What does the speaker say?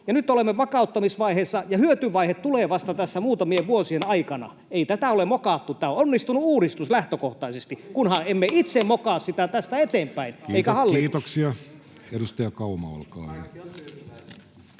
nyt olemme vakauttamisvaiheessa, ja hyötyvaihe tulee vasta tässä muutamien vuosien aikana. Ei tätä ole mokattu, tämä on onnistunut uudistus lähtökohtaisesti, kunhan emme itse mokaa sitä tästä eteenpäin, eikä hallitus. Kiitoksia. — Edustaja Kauma, olkaa hyvä.